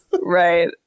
right